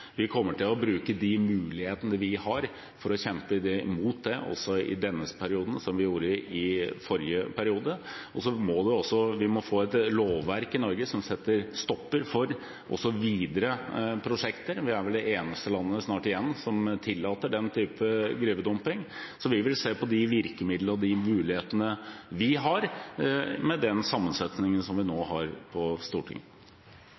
Vi kommer til å bruke de mulighetene vi har for å kjempe imot det også i denne perioden, som vi gjorde i forrige periode. Vi må få et lovverk i Norge som setter stopp også for videre prosjekter. Vi er vel snart det eneste landet som tillater den typen dumping av gruveavfall. Vi vil se på de virkemidlene og de mulighetene vi har med den sammensetningen som vi nå har på Stortinget.